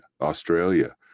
Australia